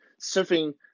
surfing